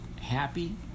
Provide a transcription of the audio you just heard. happy